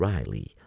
Riley